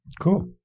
Cool